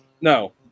No